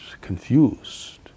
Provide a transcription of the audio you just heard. confused